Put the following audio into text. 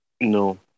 No